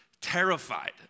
terrified